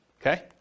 Okay